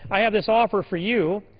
i have this offer for you,